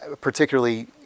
particularly